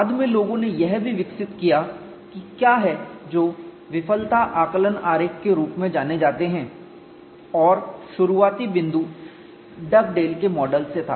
बाद में लोगों ने यह भी विकसित किया कि क्या हैं जो विफलता आकलन आरेख फेलियर असेसमेंट डायग्राम के रूप में जाने जाते हैं और शुरुआती बिंदु डगडेल के मॉडल से था